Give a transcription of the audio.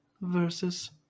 versus